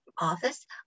office